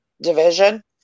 division